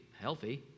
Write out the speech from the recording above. healthy